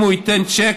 אם הוא ייתן צ'ק,